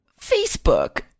Facebook